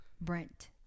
Brent